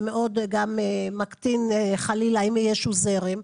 מאוד גם מקטין חלילה אם יש איזשהו זרם.